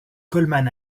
coleman